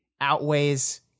outweighs